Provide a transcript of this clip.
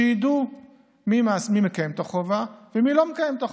שידעו מי מקיים את החובה ומי לא מקיים את החובה.